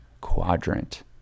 quadrant